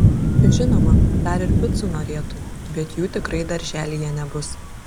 žinoma dar ir picų norėtų bet jų tikrai darželyje nebus